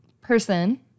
person